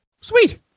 Sweet